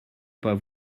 pas